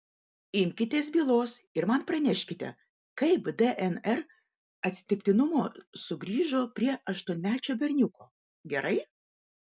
imkitės bylos ir man praneškite kaip dnr atitikmuo sugrįžo prie aštuonmečio berniuko gerai